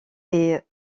est